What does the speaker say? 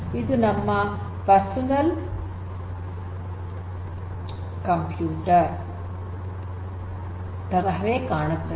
ಇದು ನಮ್ಮ personal computer ತರಹವೇ ಕಾಣುತ್ತದೆ